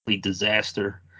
disaster